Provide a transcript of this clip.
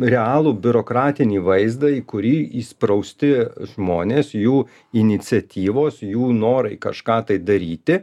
realų biurokratinį vaizdą kurį įsprausti žmonės jų iniciatyvos jų norai kažką tai daryti